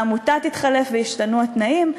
העמותה תתחלף וישתנו התנאים.